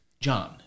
John